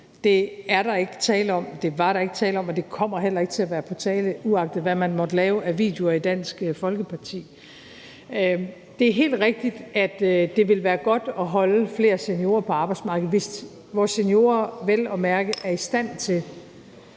Det er der ikke tale om, det var der ikke tale om, og det kommer heller ikke til at være på tale, uagtet hvad man måtte lave af videoer i Dansk Folkeparti. Det er helt rigtigt, at det ville være godt at holde flere seniorer på arbejdsmarkedet, hvis vores seniorer vel at mærke er i stand til